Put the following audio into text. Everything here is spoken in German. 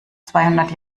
zweihundert